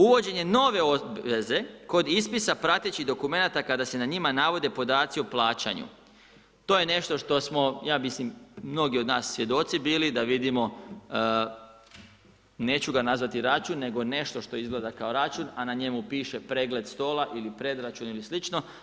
Uvođenje nove obveze kod ispisa pratećih dokumenata kada se na njima navode podaci o plaćanju, to je nešto što smo, ja mislim mnogi od nas svjedoci bili da vidimo, neću ga nazvati račun, nego nešto što izgleda kao račun a na njemu piše pregled stola ili predračun ili slično.